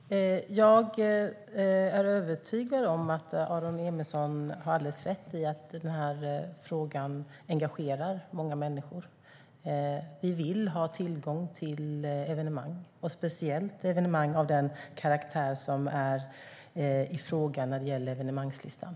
Herr talman! Jag är övertygad om att Aron Emilsson har rätt i att detta är en fråga som engagerar många människor. Vi vill ha tillgång till evenemang, speciellt evenemang av den karaktär som det handlar om när det gäller evenemangslistan.